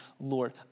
Lord